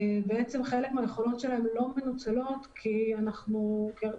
בעצם חלק מהיכולות שלהן לא מנוצלות כי בעצם